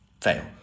fail